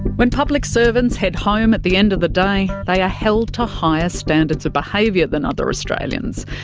when public servants head home at the end of the day they are held to higher standards of behaviour than other australians.